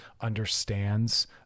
understands